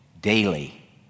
daily